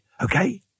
okay